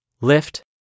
lift